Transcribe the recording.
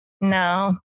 no